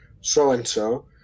so-and-so